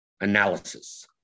analysis